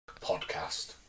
podcast